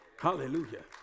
Hallelujah